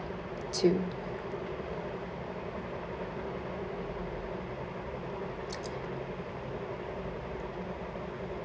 too